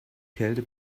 kälte